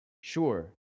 sure